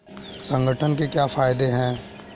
संगठन के क्या फायदें हैं?